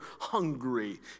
hungry